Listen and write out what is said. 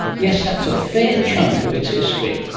yes that's a fair chunk of its history.